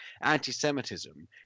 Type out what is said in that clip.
anti-Semitism